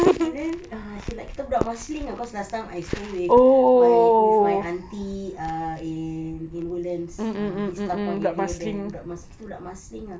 and then ah she like kita budak marsiling ah cause last time I stay with my with my auntie ah in in woodlands vista point area then budak kita budak marsiling ah